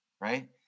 right